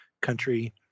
country